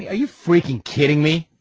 yeah you freaking kidding me?